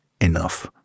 Enough